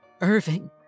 Irving